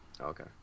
Okay